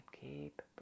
keep